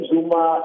Zuma